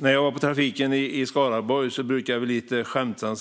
När jag var på trafikpolisen i Skaraborg brukade vi, när vi passerade Tidan, lite skämtsamt